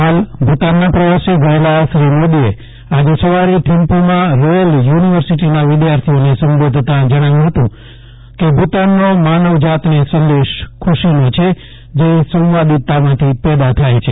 ફાલ ભુતાનના પ્રવાસે ગયેલા શ્રી મોદીએ આજે સવારે થીમ્પુમાં રોયલ યુનિવર્સિટીના વિધાર્થીઓને સંબોધતા જણાવ્યુ કે ભુતાનનો માનવજાતને સંદેશ ખુશીનો છે જે સંવાદિતામાંથી પેદા થાય છે